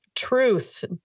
truth